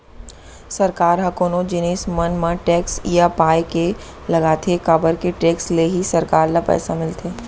सरकार ह कोनो जिनिस मन म टेक्स ये पाय के लगाथे काबर के टेक्स ले ही सरकार ल पइसा मिलथे